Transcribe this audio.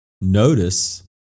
notice